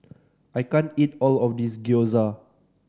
I can't eat all of this Gyoza